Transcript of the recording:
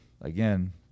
again